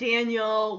Daniel